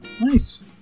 Nice